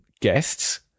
guests